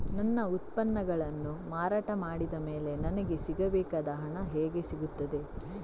ನನ್ನ ಉತ್ಪನ್ನಗಳನ್ನು ಮಾರಾಟ ಮಾಡಿದ ಮೇಲೆ ನನಗೆ ಸಿಗಬೇಕಾದ ಹಣ ಹೇಗೆ ಸಿಗುತ್ತದೆ?